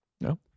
No